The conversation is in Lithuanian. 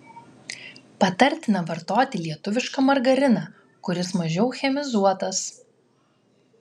patartina vartoti lietuvišką margariną kuris mažiau chemizuotas